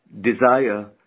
desire